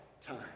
time